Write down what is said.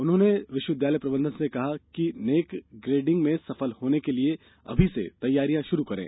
उन्होंने विश्वविद्यालय प्रबंधन से कहा कि नेक ग्रेडिंग में सफल होने के लिये अभी से तैयारी शुरू करें